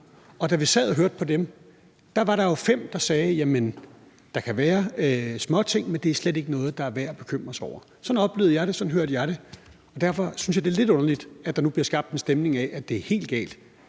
Og da vi sad og hørte på dem, var der jo fem, der sagde: Der kan være småting, men det er slet ikke noget, det er værd at bekymre sig om. Sådan oplevede jeg det, sådan hørte jeg det, og derfor synes jeg, det er lidt underligt, at der nu bliver skabt en stemning af, at det er helt galt.